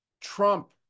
Trump